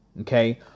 Okay